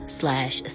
slash